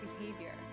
behavior